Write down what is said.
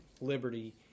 Liberty